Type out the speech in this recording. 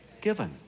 given